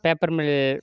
paper mill